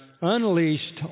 unleashed